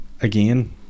again